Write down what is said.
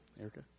erica